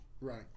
Right